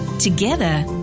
Together